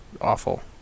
awful